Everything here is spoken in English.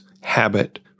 habit